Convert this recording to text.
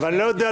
מה שנאמר: